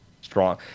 strong